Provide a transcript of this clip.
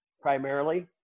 primarily